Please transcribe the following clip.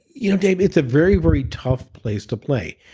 you know dave, it's a very, very tough place to play.